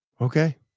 Okay